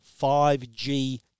5G